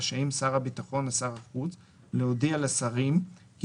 רשאים שר הביטחון או שר החוץ להודיע לשרים כי